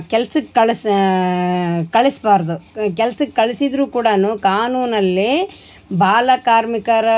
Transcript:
ಕೆಲ್ಸಕ್ಕೆ ಕಳ್ಸು ಕಳಿಸಬಾರ್ದು ಕೆಲ್ಸಕ್ಕೆ ಕಳಿಸಿದ್ರು ಕೂಡಾ ಕಾನೂನಲ್ಲಿ ಬಾಲಕಾರ್ಮಿಕರ